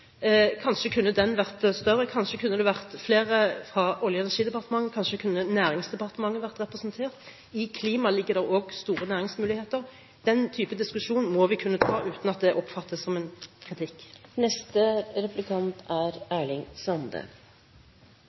Kanskje kunne den delegasjonen vært større. Kanskje kunne det vært flere fra Olje- og energidepartementet. Kanskje kunne Næringsdepartementet vært representert. I klima ligger det også store næringsmuligheter. Den type diskusjon må vi kunne ta uten at det oppfattes som kritikk.